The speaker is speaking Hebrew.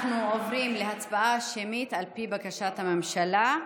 אנחנו עוברים להצבעה שמית על פי בקשת הממשלה.